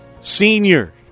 senior